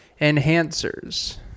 enhancers